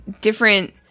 different